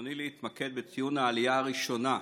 ברצוני להתמקד בציון העלייה הראשונה,